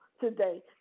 today